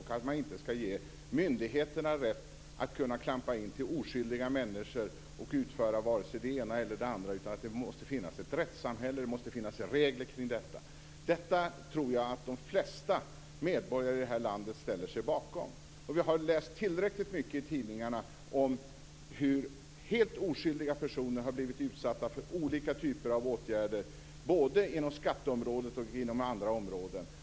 Man skall inte ge myndigheter rätt att klampa in till oskyldiga människor och utföra olika saker. Det måste finnas ett rättssamhälle. Det måste finnas regler kring detta. Jag tror att de flesta medborgare i det här landet ställer sig bakom detta. Vi har läst tillräckligt mycket i tidningarna om hur helt oskyldiga personer har blivit utsatta för olika typer av åtgärder, både på skatteområdet och på andra områden.